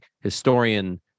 historian